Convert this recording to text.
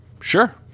Sure